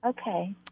Okay